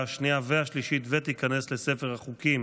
16 בעד, מתנגד אחד.